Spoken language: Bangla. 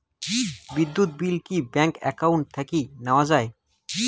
বিদ্যুৎ বিল কি ব্যাংক একাউন্ট থাকি দেওয়া য়ায়?